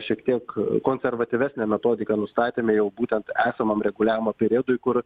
šiek tiek konservatyvesnę metodiką nustatėme jau būtent esamam reguliavimo periodui kur